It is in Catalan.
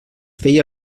feia